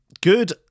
Good